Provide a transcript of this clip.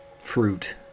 fruit